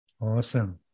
Awesome